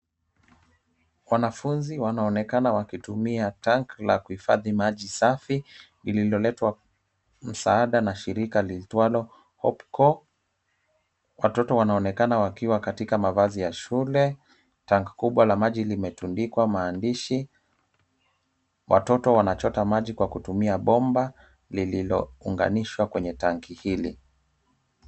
Wanafunzi wanaonekana wakitumia tank la kuhifadhi maji safi lililoletwa msaada na shirika liitwalo Hopco. Watoto wanaonekana wakiwa katika mavazi ya shule, tank kubwa la maji limetundikwa maandishi, watoto wanachota maji kwa kutumia bomba, lililounganishwa kwenye tank hili.